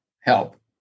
help